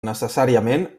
necessàriament